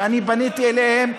ואני פניתי אליהם,